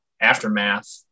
aftermath